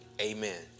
Amen